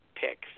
pick